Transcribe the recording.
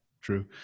true